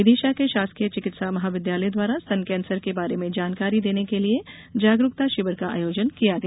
विदिशा के शासकीय चिकित्सा महाविद्यालय द्वारा स्तन कैंसर के बारे में जानकारी देने के लिए जागरूकता शिविर का आयोजन किया गया